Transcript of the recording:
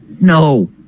No